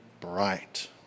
bright